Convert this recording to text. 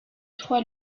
trois